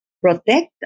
protect